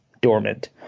dormant